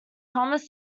thomas